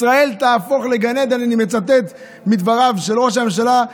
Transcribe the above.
"ישראל תהפוך לגן עדן" אני מצטט מדבריו של ראש הממשלה,